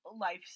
life